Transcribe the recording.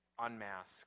unmask